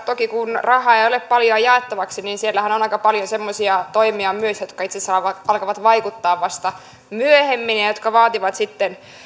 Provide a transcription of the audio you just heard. toki kun rahaa ei ole paljoa jaettavaksi niin siellähän on aika paljon semmoisia toimia myös jotka itse asiassa alkavat vaikuttaa vasta myöhemmin ja jotka vaativat sitten